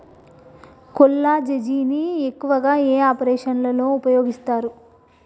కొల్లాజెజేని ను ఎక్కువగా ఏ ఆపరేషన్లలో ఉపయోగిస్తారు?